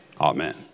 amen